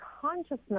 consciousness